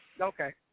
Okay